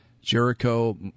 Jericho